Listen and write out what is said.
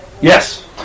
Yes